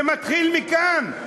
זה מתחיל מכאן.